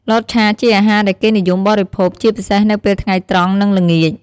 លតឆាជាអាហារដែលគេនិយមបរិភោគ ជាពិសេសនៅពេលថ្ងៃត្រង់ និងល្ងាច។